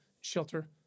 shelter